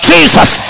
Jesus